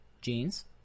jeans